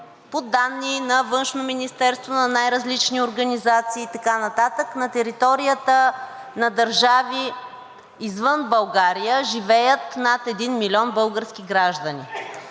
по данни на Външно министерство, на най-различни организации и така нататък на територията на държави, извън България, живеят над 1 милион български граждани.